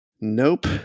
Nope